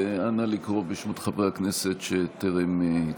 נא לקרוא בשמות חברי הכנסת שטרם הצביעו.